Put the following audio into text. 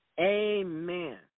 Amen